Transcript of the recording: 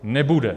Nebude.